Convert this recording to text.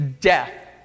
death